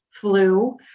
flu